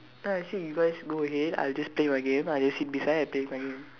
then I say you guys go ahead I'll just play my game I'll just sit beside and play with my game